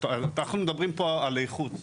אנחנו מדברים פה על איכות,